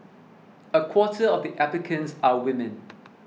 a quarter of the applicants are women